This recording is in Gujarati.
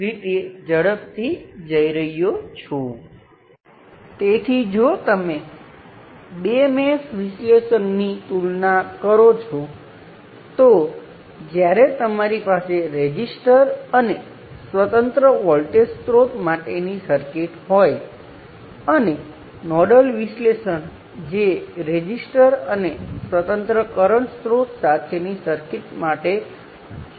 તેથી આખરે આપણી પાસે શું છે જો આપણી પાસે n શાખાઓ સાથેનો નોડ હોય અને કહીએ કે તેમાંની N 1 માં આ વોલ્ટેજની દિશા અને મૂલ્યો સમાન છે તો આ બિંદુએ તે એક શાખા nમી શાખામાં તે વોલ્ટેજ સમાન છે